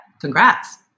Congrats